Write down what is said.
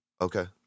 Okay